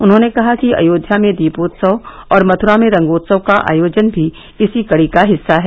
उन्होंने कहा कि अयोध्या में दीपोत्सव और मथुरा में रंगोत्सव का आयोजन भी इसी कड़ी का हिस्सा है